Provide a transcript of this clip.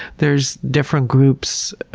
there's different groups